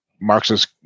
Marxist